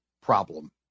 problem